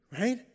Right